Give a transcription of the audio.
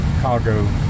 cargo